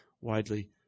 widely